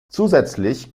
zusätzlich